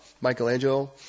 Michelangelo